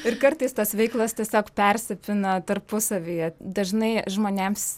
ir kartais tos veiklos tiesiog persipina tarpusavyje dažnai žmonėms